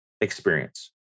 experience